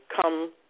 come